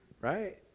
right